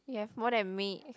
you have more than me